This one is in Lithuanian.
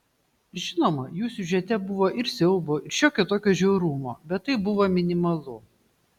žinoma jų siužete buvo ir siaubo ir šiokio tokio žiaurumo bet tai buvo minimalu